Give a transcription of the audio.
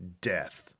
death